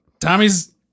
Tommy's